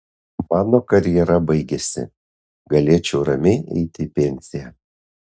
mano karjera baigiasi galėčiau ramiai eiti į pensiją